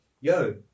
Yo